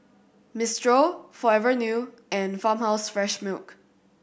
Mistral Forever New and Farmhouse Fresh Milk